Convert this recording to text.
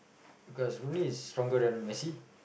cause Roonie is stronger than Messi